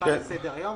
הוספה לסדר-היום.